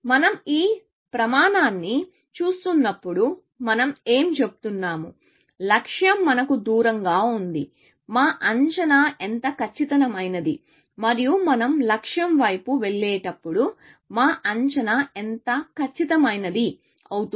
మనం ఈ ప్రమాణాన్ని చూస్తున్నప్పుడు మనం ఏం చెబుతున్నాము లక్ష్యం మనకు దూరంగా ఉంది మా అంచనా ఎంత ఖచ్చితమైనది మరియు మనం లక్ష్యం వైపు వెళ్ళేటప్పుడు మా అంచనా ఎంత ఖచ్చితమైనది అవుతుంది